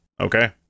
okay